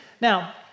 Now